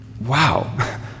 wow